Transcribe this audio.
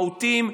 מהותיים,